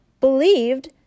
believed